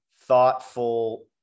thoughtful